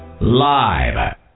Live